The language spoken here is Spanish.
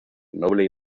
noble